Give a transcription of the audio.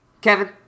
Kevin